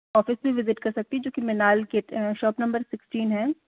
office में visit कर सकते हैं जो कि मिनाल के शॉप नंबर सिक्स्टीन है